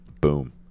boom